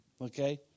Okay